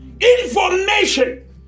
information